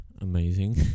amazing